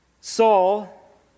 Saul